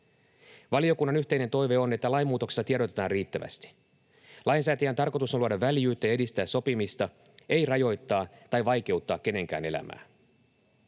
Valiokunnan yhteinen toive on, että lainmuutoksesta tiedotetaan riittävästi. Lainsäätäjän tarkoitus on luoda väljyyttä ja edistää sopimista, ei rajoittaa tai vaikeuttaa kenenkään elämää.